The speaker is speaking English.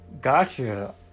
Gotcha